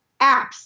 apps